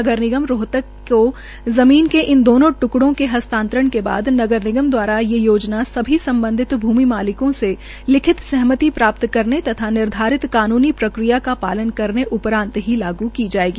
नगरनिगम रोहतक को जमीन के इन दोनों ट्कड़ों के हस्तांतरण के बाद नगर निगम द्वारा यह योजना सभी सम्बंधित भूमि मालिकों से लिखित सहमति प्राप्त करने तथा निर्धारित कानूनी प्रकिया का पालन करने उपरांत ही लागू की जाएगी